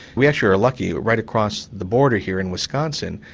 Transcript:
we actually are lucky right across the border here in wisconsin,